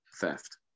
theft